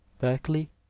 berkeley